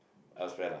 elsewhere lah